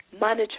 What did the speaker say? monitor